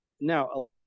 Now